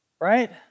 Right